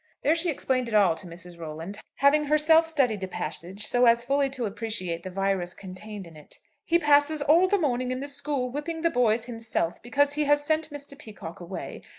there she explained it all to mrs. rolland, having herself studied the passage so as fully to appreciate the virus contained in it. he passes all the morning in the school whipping the boys himself because he has sent mr. peacocke away,